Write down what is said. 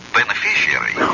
beneficiary